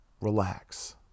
Relax